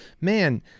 man